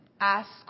ask